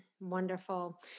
Wonderful